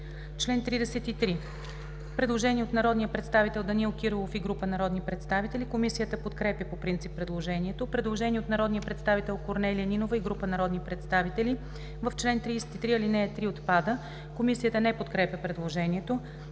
чл. 33 има предложение от народния представител Данаил Кирилов и група народни представители. Комисията подкрепя по принцип предложението. Предложение от народния представител Корнелия Нинова и група народни представители: „В чл. 33 ал. 3 отпада.“ Комисията не подкрепя предложението.